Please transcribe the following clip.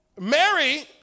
Mary